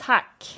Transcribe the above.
Tack